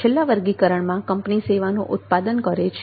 છેલ્લા વર્ગીકરણમાં કંપની સેવાનું ઉત્પાદન કરે છે